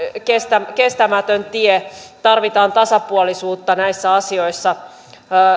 kestämätön kestämätön tie tarvitaan tasapuolisuutta näissä asioissa